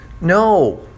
No